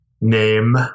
name